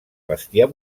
bestiar